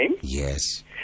Yes